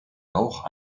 auch